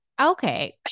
Okay